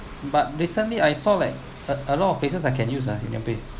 but recently I saw like a a lot of places I can use ah UnionPay